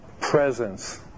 presence